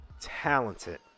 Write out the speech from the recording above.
Talented